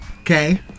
Okay